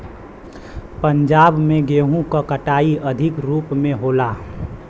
पंजाब में गेंहू क कटाई अधिक रूप में होला